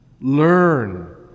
learn